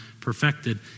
perfected